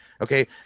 okay